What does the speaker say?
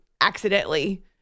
accidentally